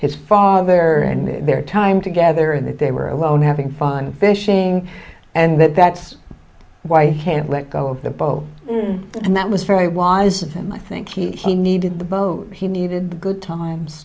his father and their time together that they were alone having fun fishing and that that's why i can't let go of the boat and that was very wise of him i think he needed the boat he needed the good times